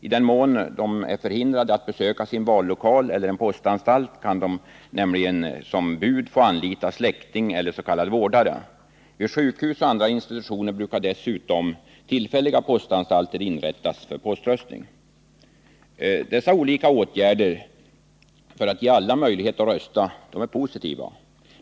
I den mån de är förhindrade att besöka sin vallokal eller en postanstalt kan de nämligen som bud få anlita släkting eller s.k. vårdare. Vid sjukhus och andra institutioner brukar dessutom tillfälliga postanstalter inrättas för poströstning. Dessa olika åtgärder för att ge alla möjlighet att rösta är positiva.